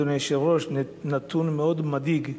אדוני היושב-ראש, זה נתון מאוד מדאיג.